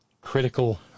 critical